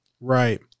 Right